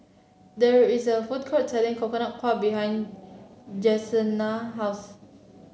there is a food court selling Coconut Kuih behind Janessa house